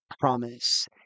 promise